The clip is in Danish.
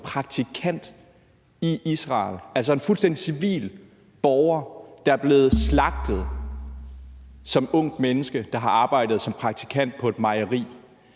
praktikant i Israel. Det er altså en fuldstændig civil borger, der er blevet slagtet som ungt menneske, der har arbejdet som praktikant på et mejeri.